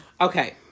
Okay